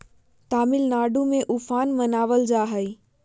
तमिलनाडु में उफान मनावल जाहई